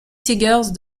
tigers